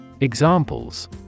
Examples